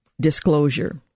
disclosure